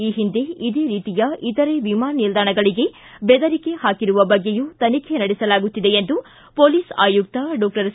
ಈ ಹಿಂದೆ ಇದೇ ರೀತಿಯ ಇತರೆ ವಿಮಾನ ನಿಲ್ಲಾಣಗಳಿಗೆ ಬೆದರಿಕೆ ಹಾಕಿರುವ ಬಗ್ಗೆಯೂ ತನಿಖೆ ನಡೆಸಲಾಗುತ್ತಿದೆ ಎಂದು ಹೊಲೀಸ್ ಆಯುಕ್ತ ಡಾಕ್ಷರ್ ಸಿ